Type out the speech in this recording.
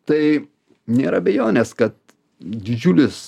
tai nėra abejonės kad didžiulis